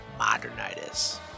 modernitis